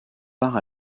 part